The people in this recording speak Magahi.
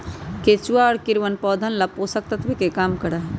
केचुआ और कीड़वन पौधवन ला पोषक तत्व के काम करा हई